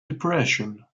depression